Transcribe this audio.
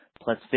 plus